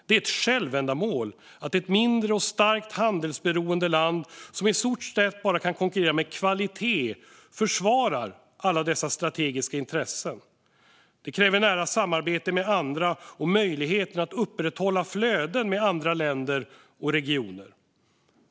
Det är ett självändamål att ett mindre och starkt handelsberoende land, som i stort sett bara kan konkurrera med kvalitet, försvarar alla dessa strategiska intressen. Det kräver nära samarbete med andra och möjligheten att upprätthålla flöden med andra länder och regioner.